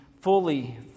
fully